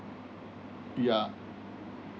yeah